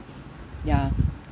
ya